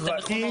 את המכונות?